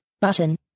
Button